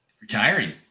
Retiring